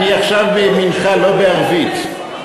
אני עכשיו במנחה, לא בערבית.